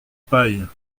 paille